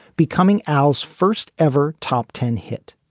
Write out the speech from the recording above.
becoming owls first ever top ten hit,